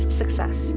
success